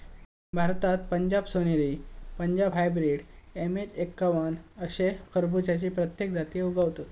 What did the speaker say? भारतात Punjab Soneri, Punjab hybrid, MH एक्कावन्न अशे खरबुज्याची कित्येक जाती उगवतत